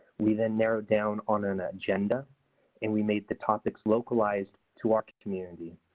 we then narrowed down on an agenda and we made the topics localized to our community.